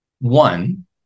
One